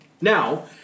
Now